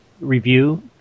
review